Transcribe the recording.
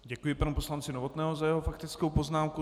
Děkuji panu poslanci Novotnému za jeho faktickou poznámku.